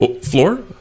floor